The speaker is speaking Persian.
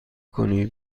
کنی